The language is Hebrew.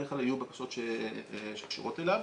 בדרך כלל היו בקשות שקשורות אליו.